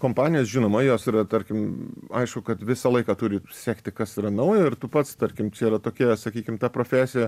kompanijos žinoma jos yra tarkim aišku kad visą laiką turi sekti kas yra naujo ir tu pats tarkim čia yra tokia sakykim ta profesija